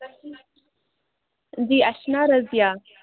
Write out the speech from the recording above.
جی اسہِ چھُ ناو رضیا